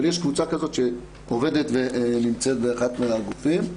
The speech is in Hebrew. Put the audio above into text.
אבל יש קבוצה כזאת שעובדת ונמצאת באחד מן הגופים.